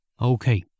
Okay